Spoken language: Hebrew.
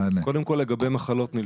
קודם כל, לגבי מחלות נלוות.